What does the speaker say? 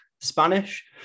spanish